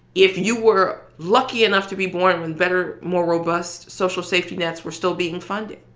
if you were lucky enough to be born with better, more robust social safety nets were still being funded,